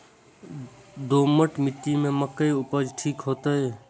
दोमट मिट्टी में मक्के उपज ठीक होते?